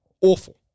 awful